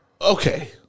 Okay